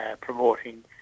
promoting